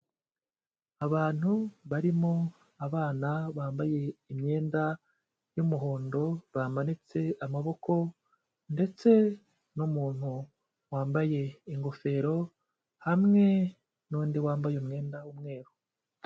Abantu barimo abana bambaye imyenda y'umuhondo, bamanitse amaboko ndetse n'umuntu wambaye ingofero hamwe n'undi wambaye umwenda w'umweru.